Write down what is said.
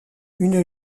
une